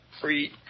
free